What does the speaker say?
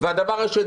הדבר השני,